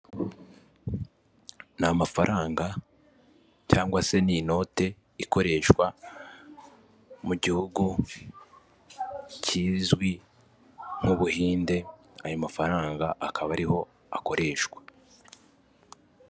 Ni amafaranga cyangwa se ni inote ikoreshwa mu gihugu kizwi nk'Ubuhinde ayo mafaranga akaba ariho akoreshwa.